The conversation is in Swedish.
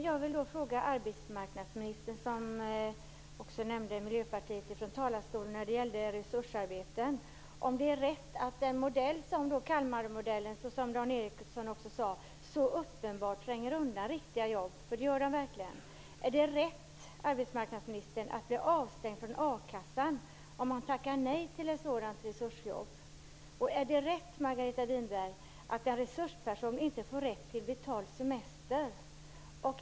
Fru talman! Arbetsmarknadsministern nämnde Miljöpartiet från talarstolen när det gällde resursarbeten. Jag vill fråga henne om det är rätt att en modell som Kalmarmodellen, som Dan Ericsson också sade, så uppenbart tränger undan riktiga jobb - för det gör den verkligen. Är det rätt, arbetsmarknadsministern, att man blir avstängd från a-kassan om man tackar nej till ett sådant resursjobb? Är det rätt, Margareta Winberg, att en resursperson inte får rätt till betald semester?